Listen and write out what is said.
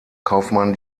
kaufmann